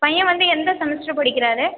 பையன் வந்து எந்த செமஸ்டர் படிக்கிறார்